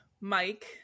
Mike